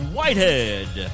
Whitehead